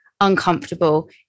uncomfortable